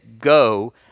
Go